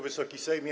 Wysoki Sejmie!